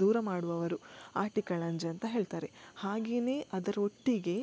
ದೂರ ಮಾಡುವವರು ಆಟಿಕಳಂಜ ಅಂತ ಹೇಳ್ತಾರೆ ಹಾಗೇ ಅದರ ಒಟ್ಟಿಗೆ